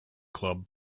club